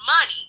money